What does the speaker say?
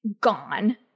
gone